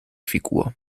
figur